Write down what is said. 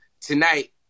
tonight